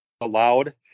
allowed